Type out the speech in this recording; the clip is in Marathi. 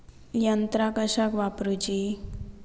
यंत्रा कशाक वापुरूची?